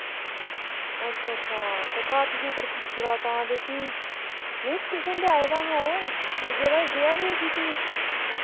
अच्छा अच्छा ते घर तुसें अगर पुच्छ उड़ा तां ते फ्ही नेईं ट्यूशन ते आए दा हा गेदा गेआ बी उठी फ्ही